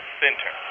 center